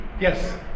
Yes